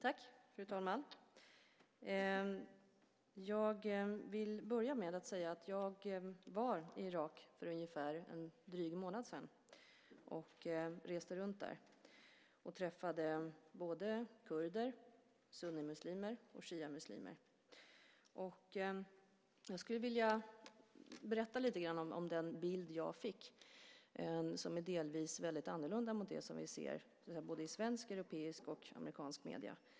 Fru talman! Jag vill börja med att säga att jag var i Irak för en dryg månad sedan. Jag reste runt där och träffade kurder, sunnimuslimer och shiamuslimer. Jag skulle vilja berätta lite grann om den bild jag fick. Den är delvis väldigt annorlunda mot den som vi ser i svenska, europeiska och amerikanska medier.